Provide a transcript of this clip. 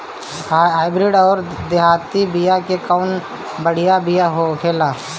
Hybrid अउर देहाती बिया मे कउन बढ़िया बिया होखेला?